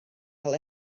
cael